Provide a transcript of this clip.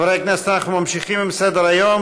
חברי הכנסת, אנחנו ממשיכים בסדר-היום.